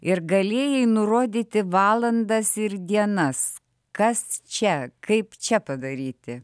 ir galėjai nurodyti valandas ir dienas kas čia kaip čia padaryti